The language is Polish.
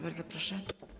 Bardzo proszę.